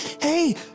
Hey